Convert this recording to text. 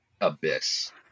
abyss